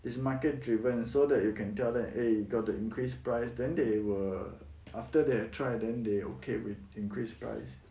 is market driven so that you can tell them eh you got to increase price then they will after they try then they okay with increased price